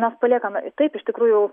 mes paliekame taip iš tikrųjų